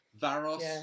Varos